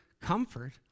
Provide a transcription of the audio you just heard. comfort